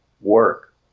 work